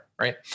right